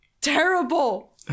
Terrible